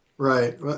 Right